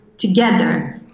together